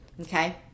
okay